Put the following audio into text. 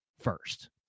first